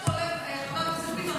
עד שעולה חבר הכנסת ביטון,